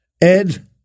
Ed